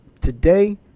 today